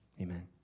Amen